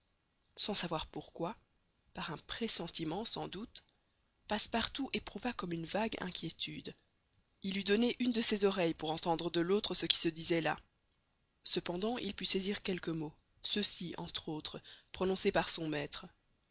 sans savoir pourquoi par un pressentiment sans doute passepartout éprouva comme une vague inquiétude il eût donné une de ses oreilles pour entendre de l'autre ce qui se disait là cependant il put saisir quelques mots ceux-ci entre autres prononcés par son maître